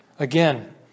Again